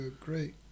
great